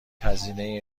هزینه